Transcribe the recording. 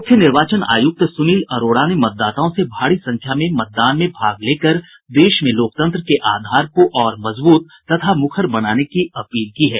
मुख्य निर्वाचन आयुक्त सुनील अरोड़ा ने मतदाताओं से भारी संख्या में मतदान में भाग लेकर देश में लोकतंत्र के आधार को और मजबूत तथा मुखर बनाने की अपील की है